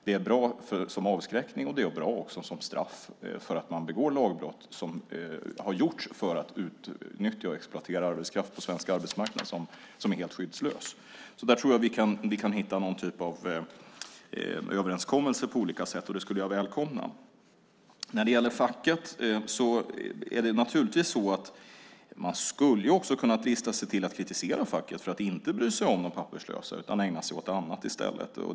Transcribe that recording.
Det är bra som avskräckning och som straff för att man begår lagbrott, vilket har gjorts för att utnyttja och exploatera arbetskraft på den svenska arbetsmarknaden som är helt skyddslös. Jag tror att vi kan hitta någon typ överenskommelse på olika sätt, och det skulle jag välkomna. Man skulle kunna drista sig till att kritisera facket för att inte bry sig om de papperslösa utan ägna sig åt annat i stället.